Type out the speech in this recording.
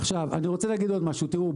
אני רוצה שהוא יסיים כדי שכולכם תדברו.